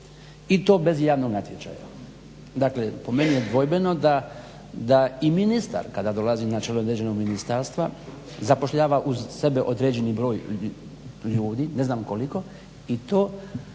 i to bez javnog natječaja. Dakle, po meni je dvojbeno da i ministar kada dolazi na čelo određenog ministarstva zapošljava uz sebe određeni broj ljudi, ne znam koliko, i to,